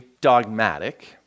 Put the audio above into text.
dogmatic